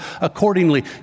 accordingly